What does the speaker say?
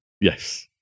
Yes